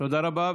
תודה רבה.